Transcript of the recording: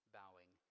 bowing